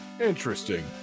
Interesting